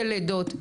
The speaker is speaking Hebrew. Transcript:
של עדות.